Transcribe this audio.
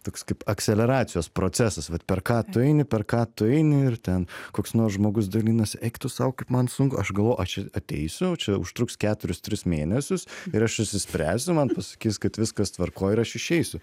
toks kaip akceleracijos procesas vat per ką tu eini per ką tu eini ir ten koks nors žmogus dalinasi eik tu sau kaip man sunku aš galvoju aš čia ateisiu čia užtruks keturis tris mėnesius ir aš išsispręsiu man pasakys kad viskas tvarkoj ir aš išeisiu